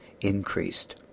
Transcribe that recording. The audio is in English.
increased